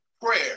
prayer